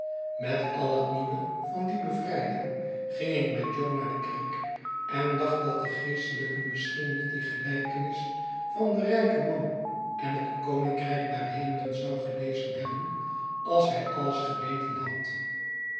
met al het nieuwe van die bevrijding ging ik met jo naar de kerk en dacht datde geestelijke misschien niet die gelijkenis van den rijken man en het koninkrijk der hemelen zou gelezen hebben als hij alles geweten had